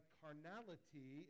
carnality